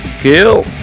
kill